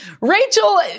Rachel